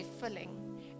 filling